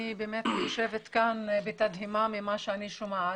אני באמת יושבת כאן בתדהמה ממה שאני שומעת.